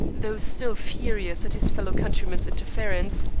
though still furious at his fellow-countryman's interference,